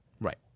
Right